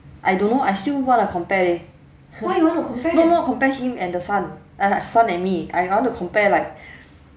I don't know I still wanna compare leh no not compare him and the son ah son and me I want to compare like